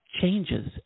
changes